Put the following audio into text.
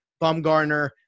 Bumgarner